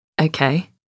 Okay